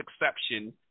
exception